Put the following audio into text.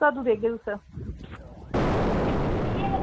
कदूं देगे तुस